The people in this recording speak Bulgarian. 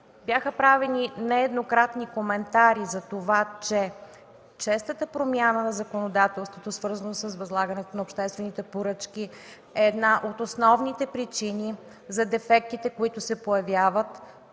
Бяха правени нееднократни коментари за това, че честата промяна на законодателството, свързано с възлагането на обществените поръчки, е една от основните причини за дефектите, които се появяват,